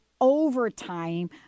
overtime